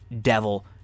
Devil